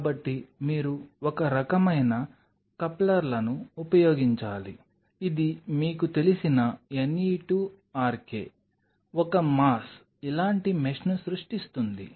కాబట్టి మీరు ఒక రకమైన కప్లర్లను ఉపయోగించాలి ఇది మీకు తెలిసిన ne2rk ఒక మాస్ ఇలాంటి మెష్ని సృష్టిస్తుంది